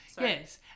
yes